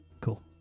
cool